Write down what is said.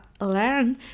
learn